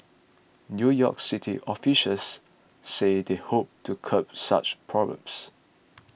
New York City officials said they hoped to curb such problems